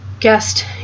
guest